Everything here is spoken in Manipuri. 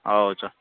ꯑꯧ ꯆꯣ